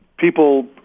People